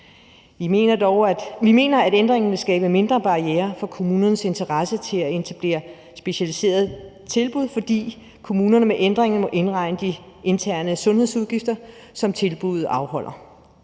Vi mener, at ændringen vil skabe mindre barrierer for kommunernes interesse for at etablere specialiserede tilbud, fordi kommunerne med ændringen må indregne de interne sundhedsudgifter, som tilbuddet afholder.